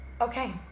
Okay